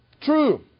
True